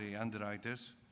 underwriters